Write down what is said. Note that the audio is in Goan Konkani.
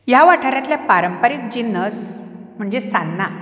ह्या वाठारांतले पारंपारीक जिन्नस म्हणजे सान्नां